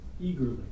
eagerly